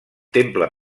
temple